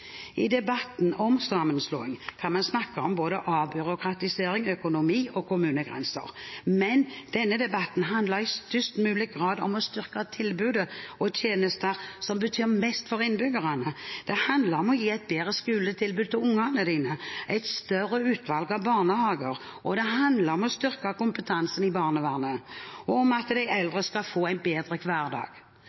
I debatten om sammenslåing kan vi snakke om både avbyråkratisering, økonomi og kommunegrenser, men denne debatten handler i størst mulig grad om å styrke tilbudet og tjenestene som betyr mest for innbyggerne. Det handler om å gi et bedre skoletilbud til ungene, et større utvalg av barnehager, og det handler om å styrke kompetansen i barnevernet og om at de eldre skal få en bedre hverdag